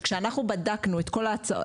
כשאנחנו בדקנו את ההצעות,